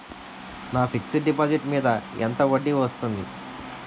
నా fixed deposit మీద ఎంత వడ్డీ వస్తుంది?